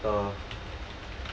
what the